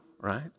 right